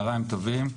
צוהריים טובים,